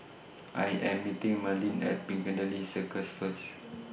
I Am meeting Merlene At Piccadilly Circus First